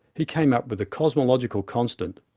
he came up with the cosmological constant,